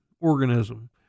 organism